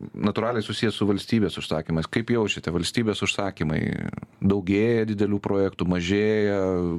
natūraliai susiję su valstybės užsakymais kaip jaučiate valstybės užsakymai daugėja didelių projektų mažėja